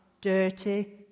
dirty